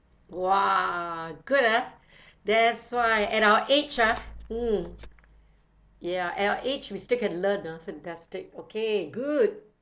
!wah! good ah that's why at our age ah mm ya at our age we still can learn ah fantastic okay good